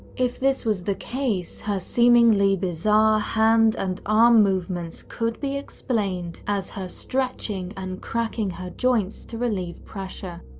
if this was the case, her seemingly bizarre hand and arm movements could be explained as her stretching and cracking her joints to relieve pressure.